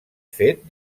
fet